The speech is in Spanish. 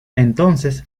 entonces